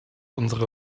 unsere